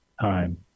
time